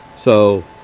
so,